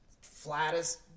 Flattest